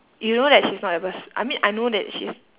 you know that she's not the first I mean I know that she's